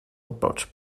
approached